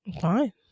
fine